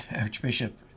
archbishop